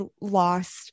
lost